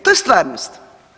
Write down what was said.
To je stvarnost.